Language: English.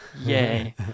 Yay